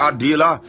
Adila